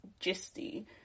gisty